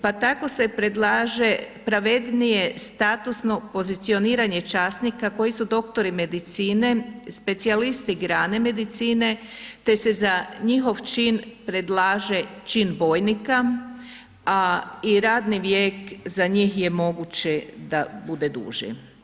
Pa tako se predlaže pravednije statusno pozicioniranje časnika koji su doktori medicine, specijalisti grane medicine, te se za njihov čin predlaže čin bojnika, a i radni vijek za njih je moguće da bude duži.